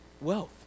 wealth